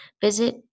Visit